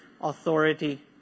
Authority